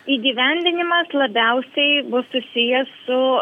įgyvendinimas labiausiai bus susijęs su